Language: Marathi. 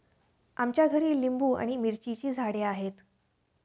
आमच्या घरी लिंबू आणि मिरचीची झाडे आहेत